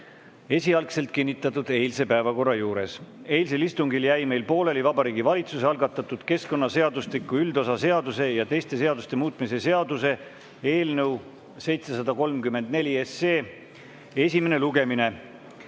esialgselt kinnitatud eilse päevakorra juures. Eilsel istungil jäi meil pooleli Vabariigi Valitsuse algatatud keskkonnaseadustiku üldosa seaduse ja teiste seaduste muutmise seaduse eelnõu 734 esimene lugemine.